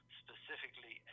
specifically